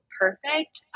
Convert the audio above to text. perfect